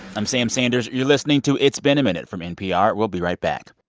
i'm sam sanders. you're listening to it's been a minute from npr. we'll be right back